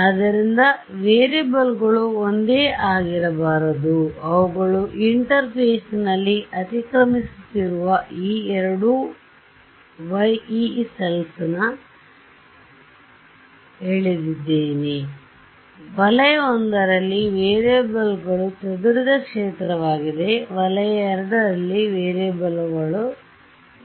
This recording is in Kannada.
ಆದ್ದರಿಂದ ವೇರಿಯೇಬಲ್ಗಳು ಒಂದೇ ಆಗಿರಬಾರದು ಅವುಗಳು ಇಂಟರ್ಫೇಸ್ನಲ್ಲಿ ಅತಿಕ್ರಮಿಸುತ್ತಿರುವ ಈ ಎರಡು ಯೀ ಕೋಶಗಳನ್ನು ನಾನು ಎಳೆದಿದ್ದೇನೆ ವಲಯ I ರಲ್ಲಿ ವೇರಿಯೇಬಲ್ಗಳು ಚದುರಿದ ಕ್ಷೇತ್ರವಾಗಿದೆ ವಲಯ II ರಲ್ಲಿ ವೇರಿಯೇಬಲ್